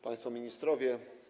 Państwo Ministrowie!